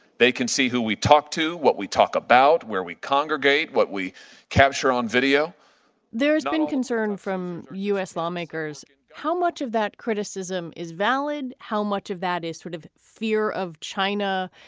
they can see who we talk to, what we talk about, where we congregate, what we capture on video there has been concern from u s. lawmakers and how much of that criticism is valid? how much of that is sort of fear of china